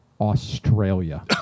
Australia